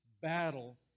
battle